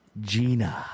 Gina